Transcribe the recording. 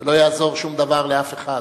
ולא יעזור שום דבר לאף אחד.